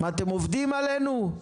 מה אתם עובדים עלינו?